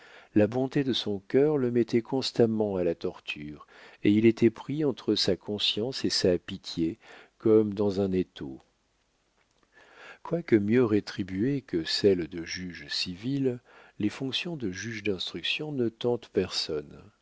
la bonté de son cœur le mettait constamment à la torture et il était pris entre sa conscience et sa pitié comme dans un étau quoique mieux rétribuées que celles de juge civil les fonctions de juge d'instruction ne tentent personne